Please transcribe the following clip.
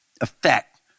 effect